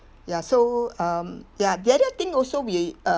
ya so um ya the other thing also will be uh